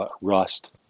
rust